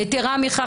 יתרה מכך,